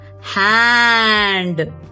hand